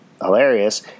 hilarious